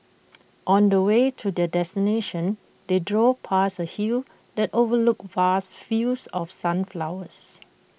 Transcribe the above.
on the way to their destination they drove past A hill that overlooked vast fields of sunflowers